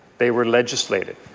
they were legislated.